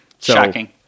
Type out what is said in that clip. Shocking